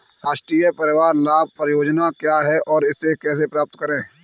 राष्ट्रीय परिवार लाभ परियोजना क्या है और इसे कैसे प्राप्त करते हैं?